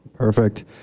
Perfect